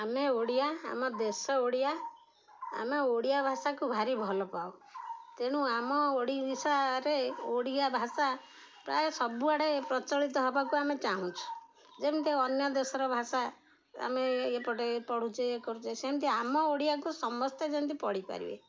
ଆମେ ଓଡ଼ିଆ ଆମ ଦେଶ ଓଡ଼ିଆ ଆମେ ଓଡ଼ିଆ ଭାଷାକୁ ଭାରି ଭଲ ପାଉ ତେଣୁ ଆମ ଓଡ଼ିଶାରେ ଓଡ଼ିଆ ଭାଷା ପ୍ରାୟ ସବୁଆଡ଼େ ପ୍ରଚଳିତ ହବାକୁ ଆମେ ଚାହୁଁଛୁ ଯେମିତି ଅନ୍ୟ ଦେଶର ଭାଷା ଆମେ ଏପଟେ ପଢ଼ୁଛେ ଇଏ କରୁଛେ ସେମିତି ଆମ ଓଡ଼ିଆକୁ ସମସ୍ତେ ଯେମିତି ପଢ଼ି ପାରିବେ